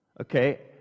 Okay